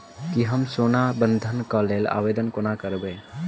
की हम सोना बंधन कऽ लेल आवेदन कोना करबै?